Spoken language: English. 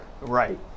Right